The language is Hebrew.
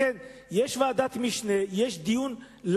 לכן, יש ועדת משנה, יש דיון לעומק.